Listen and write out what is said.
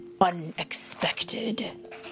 unexpected